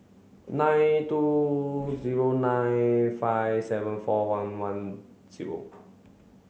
nine two zero nine five seven four one one zero